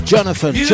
Jonathan